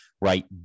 right